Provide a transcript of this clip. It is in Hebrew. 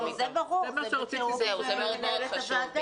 לא, זה ברור, זה בתיאום עם מנהלת הוועדה.